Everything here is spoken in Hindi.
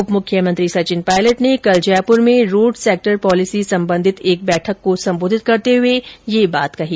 उप मुख्यमंत्री सचिन पायलट ने कल जयपुर में रोड सैक्टर पॉलिसी संबंधित एक बैठक को संबोधित करते हुए ये बात कही